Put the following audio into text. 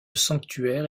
sanctuaire